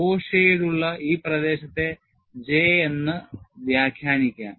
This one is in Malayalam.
O ഷേഡുള്ള ഈ പ്രദേശത്തെ J എന്ന് വ്യാഖ്യാനിക്കാം